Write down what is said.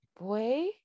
boy